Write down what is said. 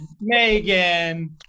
megan